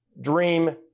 dream